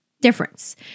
difference